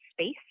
space